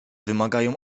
wymagają